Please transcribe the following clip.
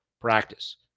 Practice